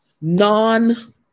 non